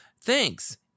Thanks